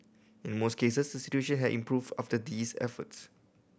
in most cases situation had improved after these efforts